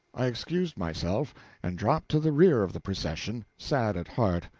i excused myself and dropped to the rear of the procession, sad at heart,